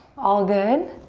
all good.